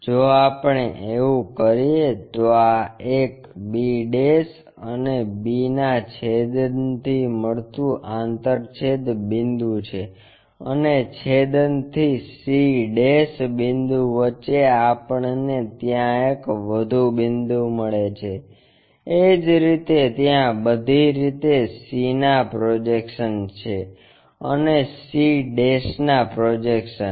જો આપણે એવું કરીએ તો આં એક b અને b ના છેદનથી મળતું આંતરછેદ બિંદુ છે અને છેદનથી c બિંદુ વચ્ચે આપણને ત્યાં એક વધુ બિંદુ મળે છે એ જ રીતે ત્યાં બધી રીતે c ના પ્રોજેક્શન્સ છે અને c ના પ્રોજેક્શન્સ